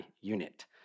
unit